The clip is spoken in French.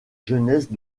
jeunesse